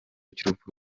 cy’urupfu